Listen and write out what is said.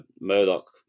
Murdoch